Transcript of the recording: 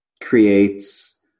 creates